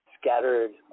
scattered